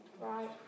Right